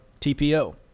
TPO